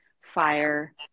fire